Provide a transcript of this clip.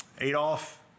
Adolf